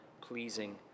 pleasing